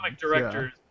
directors